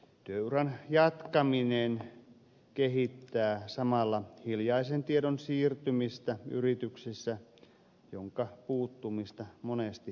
työuran jatkaminen kehittää samalla yrityksissä hiljaisen tiedon siirtymistä jonka puuttumista monesti päivitellään